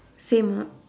same ah